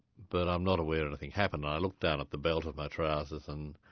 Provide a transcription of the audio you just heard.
but i'm not aware anything happened'. i looked down at the belt of my trousers and